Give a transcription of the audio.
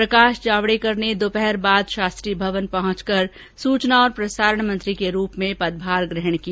प्रकाश जावड़ेकर ने दोपहर बाद शास्त्री भवन पहुंचकर सूचना और प्रसारण मंत्री के रूप में पदभार ग्रहण किया